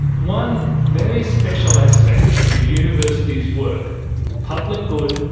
one very special aspect of a university's work public good,